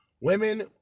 Women